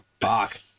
fuck